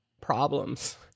problems